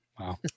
Wow